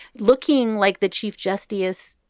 looking like the chief justice.